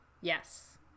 Yes